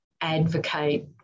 advocate